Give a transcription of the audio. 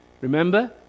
Remember